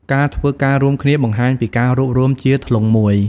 ការធ្វើការរួមគ្នាបង្ហាញពីការរួបរួមជាធ្លុងមួយ។